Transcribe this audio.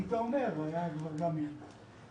כל שקף יש תאריך כניסה.